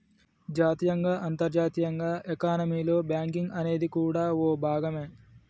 జాతీయంగా అంతర్జాతీయంగా ఎకానమీలో బ్యాంకింగ్ అనేది కూడా ఓ భాగమే